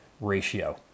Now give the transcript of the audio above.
ratio